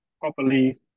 properly